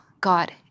God